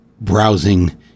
browsing